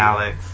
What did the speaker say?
Alex